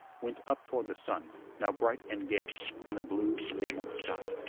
went up toward the sun now bright and gay in the blue, enameled sky.